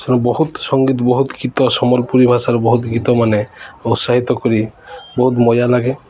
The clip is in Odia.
ଶୁ ବହୁତ ସଂଙ୍ଗୀତ ବହୁତ ଗୀତ ସମ୍ବଲପୁରୀ ଭାଷାର ବହୁତ ଗୀତମାନେ ଉତ୍ସାହିତ କରି ବହୁତ ମଜାଲାଗେ